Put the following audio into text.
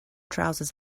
trousers